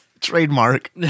trademark